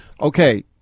Okay